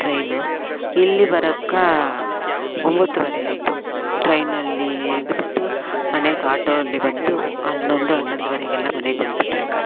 train ಇಲ್ಲಿ ಬರೋಕ್ಕೆ ಒಂಬತ್ತುವರೆ ಆಯಿತು ಟ್ರೈನಲ್ಲಿ ಇಳಿದ್ಬಿಟ್ಟು ಮನೆಗೆ ಆಟೋವಲ್ಲಿ ಬಂದು ಹನ್ನೊಂದು ಹನ್ನೊಂದುವರೆಗೆಲ್ಲ ಮನೆಗೆ ಬಂದ್ಬಿಟ್ರಿ ಅಕ್ಕ